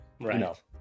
Right